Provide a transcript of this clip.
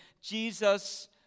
Jesus